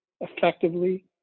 effectively